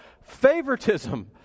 favoritism